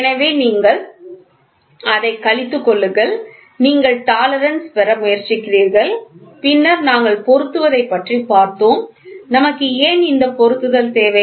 எனவே நீங்கள் அதைக் கழித்துக் கொள்ளுங்கள் நீங்கள் டாலரன்ஸ் பெற முயற்சிக்கிறீர்கள் பின்னர் நாங்கள் பொருத்துவதை பற்றி பார்த்தோம் நமக்கு ஏன் இந்த பொருத்துதல் தேவை